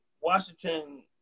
Washington